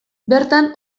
bertan